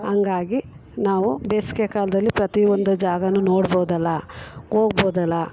ಹಂಗಾಗಿ ನಾವು ಬೇಸಿಗೆ ಕಾಲದಲ್ಲಿ ಪ್ರತಿಯೊಂದು ಜಾಗವೂ ನೋಡ್ಬೋದಲ್ಲ ಹೋಗ್ಬೋದಲ್ಲ